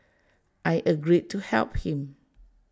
I agreed to help him